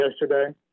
yesterday